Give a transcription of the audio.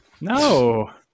No